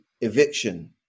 Eviction